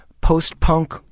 post-punk